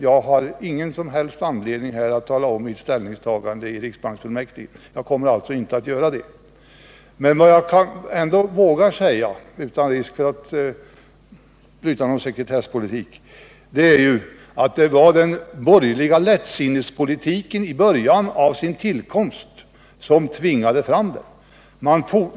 Jag har ingen som helst anledning att redogöra för mitt ställningstagande i riksbanksfullmäktige och kommer alltså inte att göra detta. Utan risk för att bryta sekretessen vågar jag emellertid säga att det var den borgerliga lättsinnespolitiken i början av den borgerliga regeringstiden som gjorde devalveringen nödvändig.